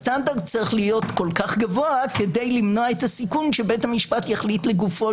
הסטנדרט צריך להיות כה גבוה כדי למנוע את הסיכון שבית המשפט יחליט לגופו